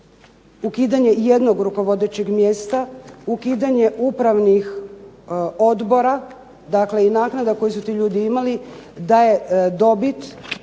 ukidanje jednog rukovodećeg mjesta, ukidanje upravnih odbora, dakle i naknada koje su ti ljudi imali, da je dobit